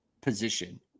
position